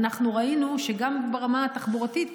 ואנחנו ראינו שגם ברמה התחבורתית,